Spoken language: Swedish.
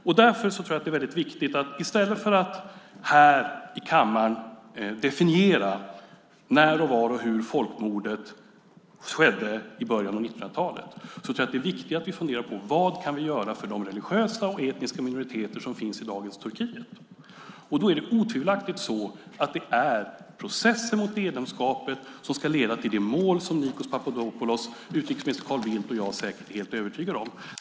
Av det skälet tror jag att det i stället för att här i kammaren definiera när, var och hur folkmorden skedde i början av 1900-talet är viktigare att vi funderar på vad vi kan göra för de religiösa och etniska minoriteter som finns i dagens Turkiet. Då är det otvivelaktigt så att det är processen mot medlemskapet som ska leda till det mål som Nikos Papadopoulos, utrikesminister Carl Bildt och jag säkert är helt överens om.